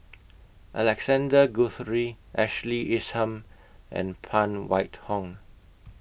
Alexander Guthrie Ashley Isham and Phan White Hong